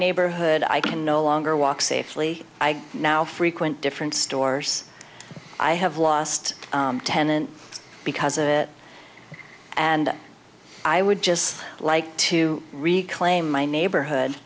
neighborhood i can no longer walk safely i now frequent different stores i have lost a tenant because of it and i would just like to reclaim my neighborhood